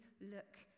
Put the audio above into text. look